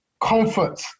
comfort